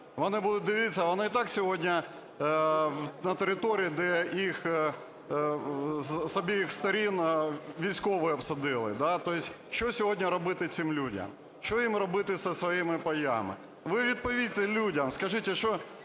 Вони будуть дивитися, вони і так сьогодні на території, де їх з обох сторін військові обсадили. Тобто що сьогодні робити цим людям? Що їм робити зі своїми паями? Ви дайте відповідь людям. Скажіть, що